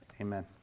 Amen